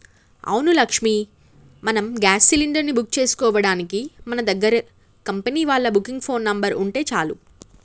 అవును లక్ష్మి మనం gas cylinder ని బుక్ చేసుకోవడానికి మన దగ్గర కంపెనీ వాళ్ళ బుకింగ్ ఫోన్ నెంబర్ ఉంటే చాలు